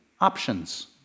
Options